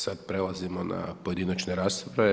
Sada prelazimo na pojedinačne rasprave.